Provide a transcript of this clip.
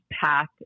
path